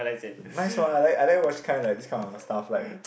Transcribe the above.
nice what I like I like watch kind like this kind of stuff like ppo